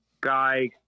guy